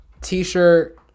t-shirt